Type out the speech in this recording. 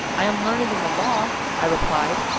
i am learned in the law, i replied,